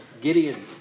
Gideon